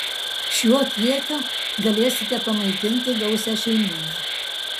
šiuo kiekiu galėsite pamaitinti gausią šeimyną